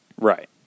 Right